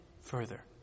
further